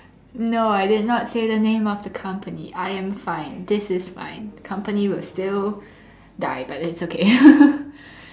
no I did not say the name of the company I am fine this is fine company will still die but it's okay